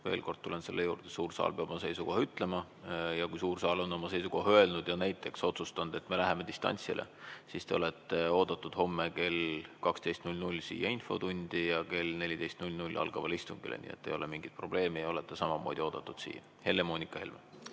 Veel kord tulen selle juurde, et suur saal peab oma seisukoha ütlema. Kui suur saal on oma seisukoha öelnud ja näiteks otsustanud, et me läheme distantsile, siis te olete ikkagi oodatud homme kell 12 siia infotundi ja kell 14 algavale istungile. Nii et ei ole mingit probleemi ja olete samamoodi oodatud siia. Helle‑Moonika Helme.